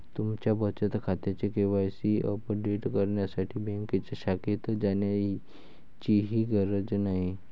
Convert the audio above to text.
तुमच्या बचत खात्याचे के.वाय.सी अपडेट करण्यासाठी बँकेच्या शाखेत जाण्याचीही गरज नाही